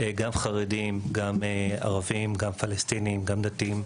חרדים, ערבים, פלסטינים ודתיים.